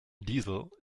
diesel